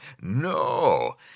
No